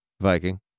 Viking